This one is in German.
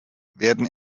werden